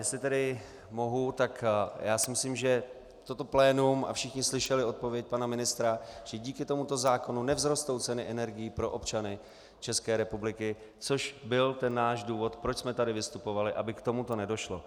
Jestli tedy mohu, tak si myslím, že toto plénum a všichni slyšeli odpověď pana ministra, že díky tomuto zákonu nevzrostou ceny energií pro občany České republiky, což byl náš důvod, proč jsme tady vystupovali, aby k tomuto nedošlo.